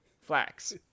flax